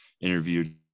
interviewed